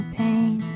pain